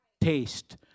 Taste